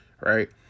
Right